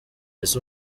ese